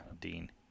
Dean